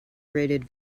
rated